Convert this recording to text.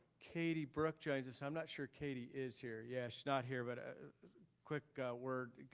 katy brooke joins us. i'm not sure katy is here. yes, not here, but ah quick word.